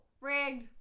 rigged